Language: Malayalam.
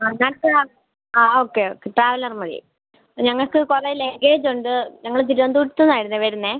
ആ ഞങ്ങൾക്ക് ആ ഓക്കെ ഓക്കെ ട്രാവലർ മതി ഞങ്ങൾക്ക് കുറെ ലെഗേജൊണ്ട് ഞങ്ങൾ തിരുവനന്തപുരത്തുന്നായിരുന്നു വരുന്നത്